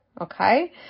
Okay